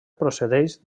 procedeix